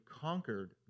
conquered